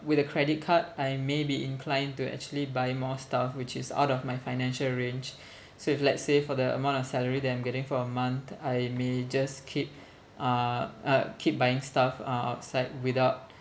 with a credit card I may be inclined to actually buy more stuff which is out of my financial range so if let's say for the amount of salary that I'm getting for a month I may just keep uh uh keep buying stuff uh outside without